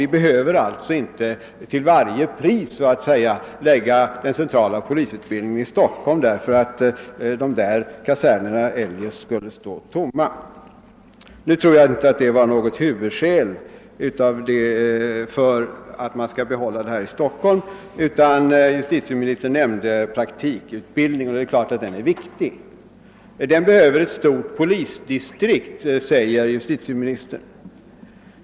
Vi behöver alltså inte så att säga till varje pris lägga den centrala polisutbildningen i Stockholm därför att dessa kaserner eljest skulle stå tomma. Nu tror jag inte att detta var något huvudskäl för att behålla polisutbildningen här i Stockholm. Justitieministern nämnde ju praktikutbildningen, och det är klart att den är viktig. Den behöver ett stort polisdistrikt, säger justitieministern.